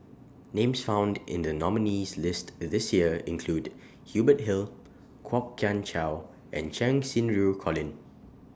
Names found in The nominees' list This Year include Hubert Hill Kwok Kian Chow and Cheng Xinru Colin